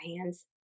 hands